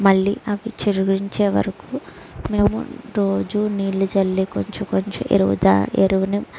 మళ్లీ అవి చిగురించే వరకు మేము రోజూ నీళ్ళు చల్లి కొంచెం కొంచెం ఎరువు ఎరువును